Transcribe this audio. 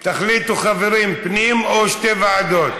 תחליטו, חברים, פנים או שתי ועדות?